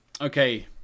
Okay